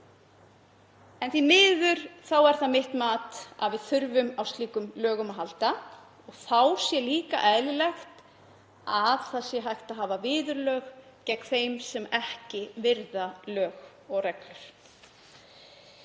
En því miður er það mitt mat að við þurfum á slíkum lögum að halda. Þá er líka eðlilegt að hægt sé að hafa viðurlög gegn þeim sem ekki virða lög og reglur.